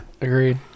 Agreed